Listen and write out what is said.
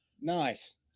Nice